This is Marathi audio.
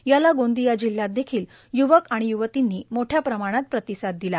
याला गोंदिया जिल्ह्यात देखील य्वक आणि य्वतींनी मोठ्या प्रमाणात प्रतिसाद दिला